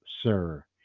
sir